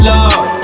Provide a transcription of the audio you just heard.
Lord